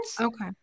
Okay